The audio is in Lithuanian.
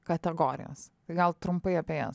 kategorijas gal trumpai apie jas